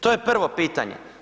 To je prvo pitanje.